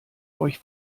euch